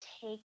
take